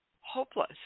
hopeless